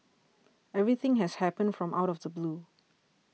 everything has happened from out of the blue